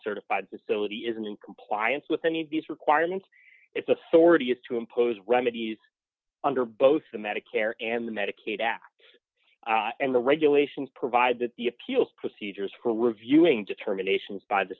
certified facility isn't in compliance with any of these requirements its authority is to impose remedies under both the medicare and medicaid acts and the regulations provide that the appeals procedures for reviewing determinations by the